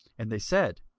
and they said,